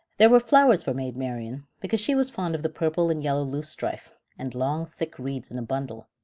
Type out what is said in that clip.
there were flowers for maid marian, because she was fond of the purple and yellow loosestrife, and long thick reeds in a bundle.